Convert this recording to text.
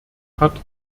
hat